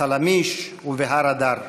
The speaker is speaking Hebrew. בחלמישׁ ובהר אדר.